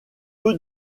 peu